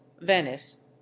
Venice